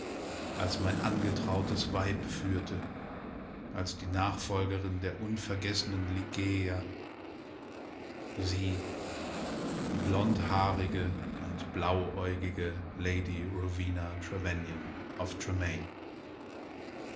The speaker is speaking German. als mein angetrautes weib führte als die nachfolgerin der unvergessenen ligeia sie die blondhaarige und blauäugige lady rowena trevanion of tremaine